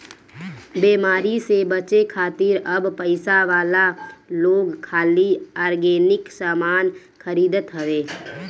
बेमारी से बचे खातिर अब पइसा वाला लोग खाली ऑर्गेनिक सामान खरीदत हवे